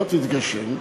לא תתגשם.